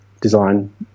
design